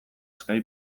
skype